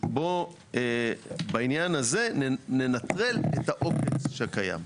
בעניין הזה ננטרל את --- שקיים.